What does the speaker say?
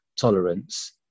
tolerance